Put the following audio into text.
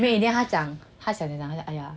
没有 in the end 他讲 !aiya!